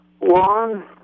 One